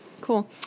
Cool